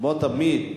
כמו תמיד.